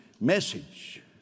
message